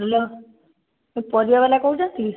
hello କିଏ ପରିବାବାଲା କହୁଛନ୍ତି